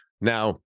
Now